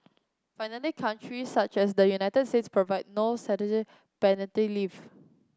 finally countries such as the United States provide no statutory paternity leave